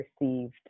received